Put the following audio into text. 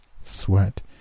Sweat